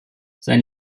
sein